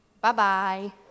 bye-bye